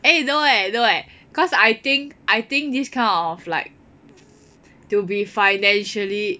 eh no leh no leh cause I think I think this kind of like to be financially